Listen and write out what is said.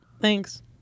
Thanks